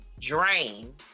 drain